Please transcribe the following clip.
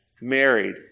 married